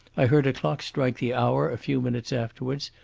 i heard a clock strike the hour a few minutes afterwards,